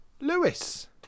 Lewis